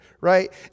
right